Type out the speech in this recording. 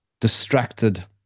distracted